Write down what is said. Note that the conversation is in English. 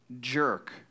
jerk